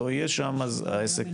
לא יהיה שם אז העסק,